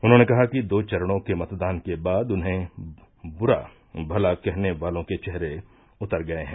उन्होंने कहा कि दो चरणों के मतदान के बाद उन्हें बुरा भला कहने वालों की चेहरे उतर गये हैं